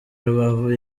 rubavu